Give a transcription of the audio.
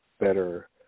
better